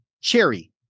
cherry